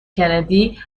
کندی